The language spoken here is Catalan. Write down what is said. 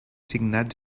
signats